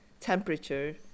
temperature